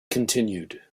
continued